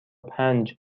پنج